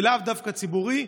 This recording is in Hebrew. ולאו דווקא ציבורי,